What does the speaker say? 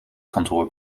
kantoor